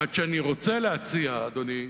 עד שאני רוצה להציע, אדוני,